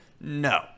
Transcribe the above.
No